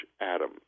Adam